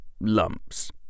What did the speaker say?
lumps